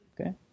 okay